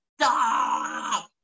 stop